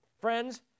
Friends